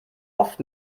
oft